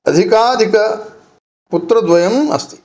अधिकाधिक पुत्रद्वयम् अस्ति